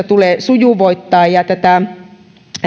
tulee sujuvoittaa ja